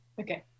Okay